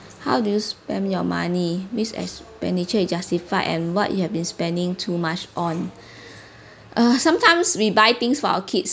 how do you spend your money list expenditure you justified and what you have been spending too much on uh sometimes we buy things for our kids